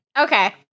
okay